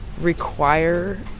require